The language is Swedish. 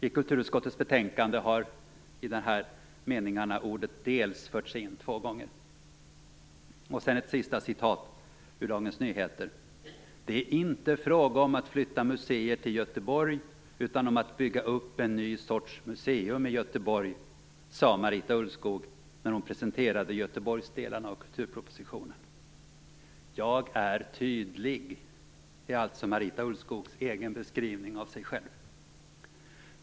I kulturutskottets betänkande har i dessa meningar ordet dels förts in två gånger. Och så ett utdrag ur DN: Det är inte fråga om att flytta museer till Göteborg utan om att bygga upp en ny sorts museum i Göteborg, sade Marita Ulvskog när hon presenterade Göteborgsdelarna av kulturpropositionen. "Jag är tydlig" är alltså Marita Ulvskogs egen beskrivning av sig själv.